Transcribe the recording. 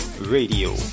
Radio